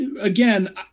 again